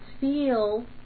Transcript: feel